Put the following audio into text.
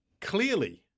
clearly